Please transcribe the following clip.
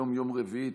היום יום רביעי,